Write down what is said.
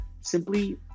simply